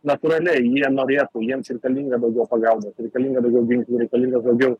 natūraliai jie norėtų jiems reikalinga daugiau pagalbos reikalinga daugiau ginklų reikalinga daugiau